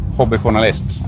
hobbyjournalist